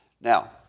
Now